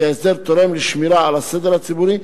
כי ההסדר תורם לשמירה על הסדר הציבורי,